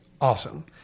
awesome